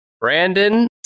Brandon